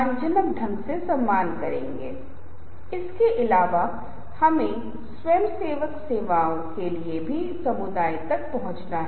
तो आपके पास तर्क की एक ट्रेन है आप जो करने की कोशिश कर रहे हैं वह बच्चे को डर अपील का उपयोग करते हुये पढ़ने के लिए राजी करते है और यहां किताब से कुछ अन्य उदाहरण हैं जो मैं बार बार संदर्भित कर रहा हूं जो कि गतिशील अनुनय से है